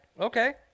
okay